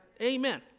Amen